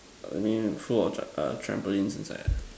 I mean full of tram~ err trampolines inside ah